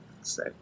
say